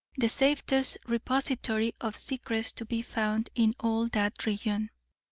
the safest repository of secrets to be found in all that region.